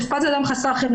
פסיכופת זה אדם חסר חמלה.